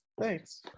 thanks